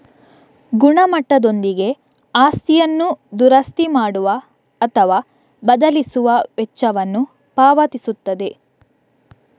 ಗುಣಮಟ್ಟದೊಂದಿಗೆ ಆಸ್ತಿಯನ್ನು ದುರಸ್ತಿ ಮಾಡುವ ಅಥವಾ ಬದಲಿಸುವ ವೆಚ್ಚವನ್ನು ಪಾವತಿಸುತ್ತದೆ